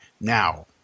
now